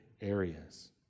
areas